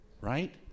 right